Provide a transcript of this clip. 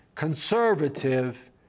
conservative